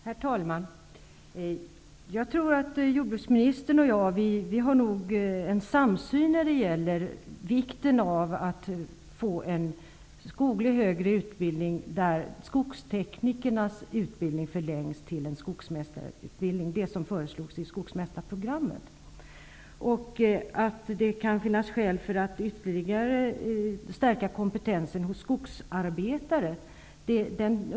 Herr talman! Jag tror att jordbruksministern och jag har en samsyn när det gäller vikten av att få till stånd en skoglig högre utbildning, där skogsteknikernas utbildning förlängs till en skogsmästarutbildning, vilket föreslogs i skogsmästarprogrammet. Även jag är av den uppfattningen att det kan finnas skäl för att ytterligare stärka kompetensen hos skogsarbetare.